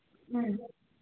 ꯎꯝ